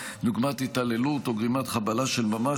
דוגמת התעללות או גרימת חבלה של ממש,